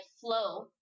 flow